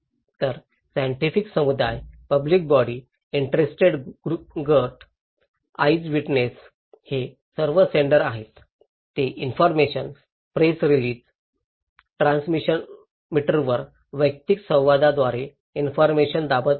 तर सायन्टिफिक समुदाय public body interest गट आईज विटनेस हे सर्व सेंडर आहेत ते इन्फॉरमेशन प्रेस रीलिझ ट्रान्समीटरवर वैयक्तिक संवादांद्वारे इन्फॉरमेशन दाबत आहेत